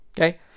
Okay